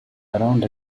around